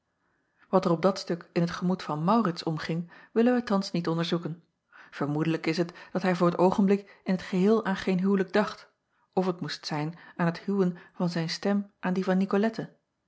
at er op dat stuk in t gemoed van aurits omging willen wij thans niet onderzoeken vermoedelijk is het dat hij voor t oogenblik in t geheel aan geen huwelijk dacht of t moest zijn aan het huwen van zijn stem aan die van icolette